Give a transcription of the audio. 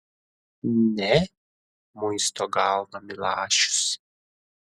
ne muisto galvą milašius